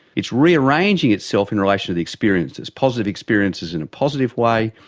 it's rearranging itself in relation to the experiences positive experiences in a positive way,